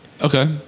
Okay